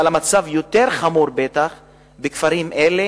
אבל המצב בטח יותר חמור בכפרים אלה,